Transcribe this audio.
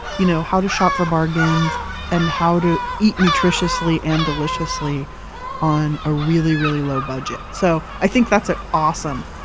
you know how to shop for bargains and how to eat nutritiously and deliciously on a really, really low budget. so i think that's an ah awesome,